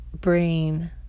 brain